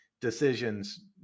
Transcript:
decisions